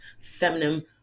feminine